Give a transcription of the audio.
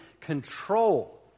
control